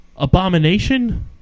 Abomination